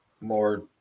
more